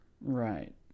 Right